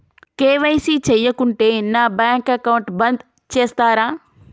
KYC చేయకుంటే నా bank account బంద్ చేస్తరా?